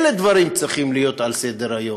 אלה הדברים שצריכים להיות על סדר-היום.